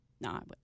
No